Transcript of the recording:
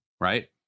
Right